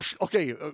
okay